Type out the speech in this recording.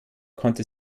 konnte